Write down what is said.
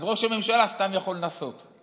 אז ראש הממשלה יכול לנסות סתם,